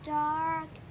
dark